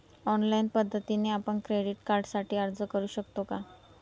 Online पद्धतीने आपण credit कार्डसाठी अर्ज करु शकतो का?